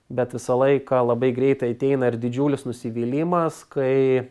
bet visą laiką labai greitai ateina ir didžiulis nusivylimas kai